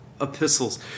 epistles